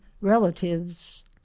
relatives